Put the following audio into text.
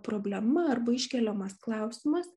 problema arba iškeliamas klausimas